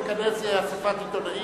תכנס אספת עיתונאים.